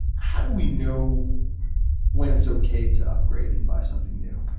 how do we know when it's okay to upgrade and buy something new?